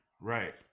right